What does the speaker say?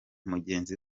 mugenzi